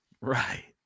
Right